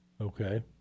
Okay